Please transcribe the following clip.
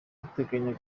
duteganya